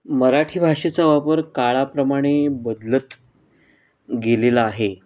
मराठी भाषेचा वापर काळाप्रमाणे बदलत गेलेला आहे